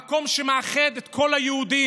המקום שמאחד את כל היהודים,